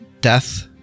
Death